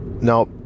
Now